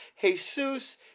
Jesus